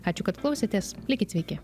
ačiū kad klausėtės likit sveiki